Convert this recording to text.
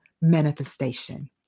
manifestation